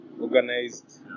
organized